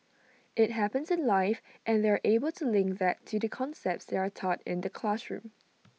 IT happens in life and they're able to link that to the concepts that are taught in the classroom